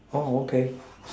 oh okay